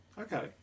okay